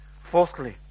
fourthly